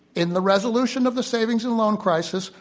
in the resolution of the savings and loan crisis,